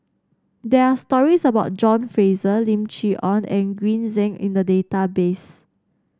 there are stories about John Fraser Lim Chee Onn and Green Zeng in the database